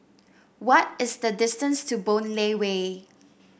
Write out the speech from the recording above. what is the distance to Boon Lay Way